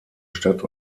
stadt